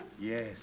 Yes